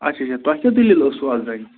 اَچھا اَچھا تۄہہِ کیٛاہ دٔلیٖل ٲسوٕ اَتھ زَنٛگہِ